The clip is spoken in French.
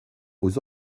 aux